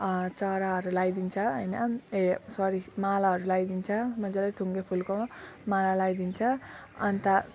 चराहरू लगाइदिन्छ होइन ए सरी यसरी मालाहरू लगाइदिन्छ मजाले थुङ्गे फुलको माला लगाइदिन्छ अन्त